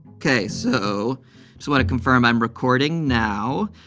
ok. so just want to confirm i'm recording now.